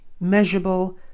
measurable